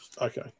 Okay